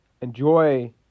enjoy